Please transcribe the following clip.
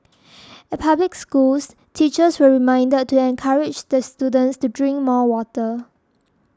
at public schools teachers were reminded to encourage the students to drink more water